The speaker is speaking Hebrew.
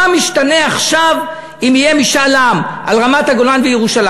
מה משתנה עכשיו אם יהיה משאל עם על רמת-הגולן וירושלים?